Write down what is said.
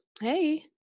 hey